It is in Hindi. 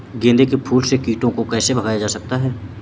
गेंदे के फूल से कीड़ों को कैसे भगाया जा सकता है?